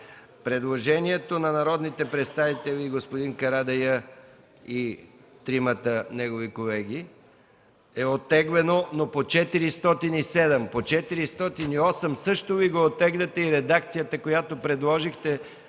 Предложението на народните представители господин Карадайъ и тримата негови колеги е оттеглено, но по чл. 407. По чл. 408 също ли го оттегляте – и редакцията, която предложихте